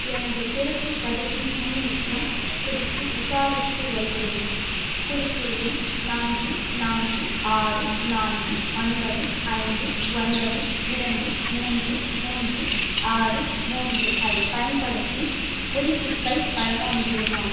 எனது பிறப்பு பதிவின் முன்னேற்றம் குறித்து விசாரித்து வருகிறேன் குறிப்பு எண் நான்கு நான்கு ஆறு நான்கு ஒன்பது ஐந்து ஒன்பது இரண்டு மூன்று மூன்று ஆறு மூன்று ஐப் பயன்படுத்தி புதுப்பிப்பை வழங்க முடியுமா